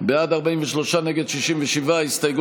מצפים שאזרחי ישראל יביעו בהם אמון?